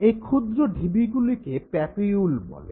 এই ক্ষুদ্র ঢিবিগুলিকে প্যাপিউল বলে